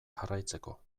jarraitzeko